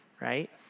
right